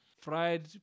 fried